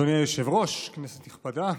אדוני היושב-ראש, כנסת נכבדה,